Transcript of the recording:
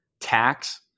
tax